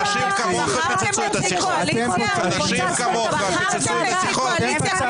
אנשים כמוך פוצצו את השיחות.